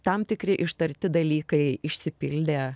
tam tikri ištarti dalykai išsipildė